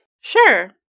Sure